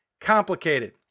complicated